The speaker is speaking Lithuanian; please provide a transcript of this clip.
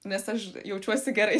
nes aš jaučiuosi gerai